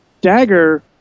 Dagger